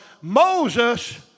Moses